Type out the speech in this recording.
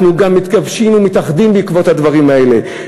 אנחנו גם מתגבשים ומתאחדים בעקבות הדברים האלה.